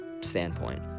standpoint